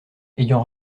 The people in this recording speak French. ayant